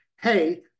Hey